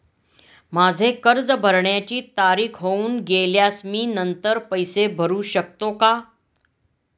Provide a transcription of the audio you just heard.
माझे कर्ज भरण्याची तारीख होऊन गेल्यास मी नंतर पैसे भरू शकतो का?